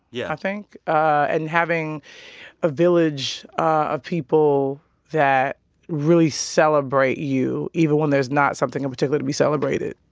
yeah. i think and having a village of people that really celebrate you even when there's not something in particular to be celebrated.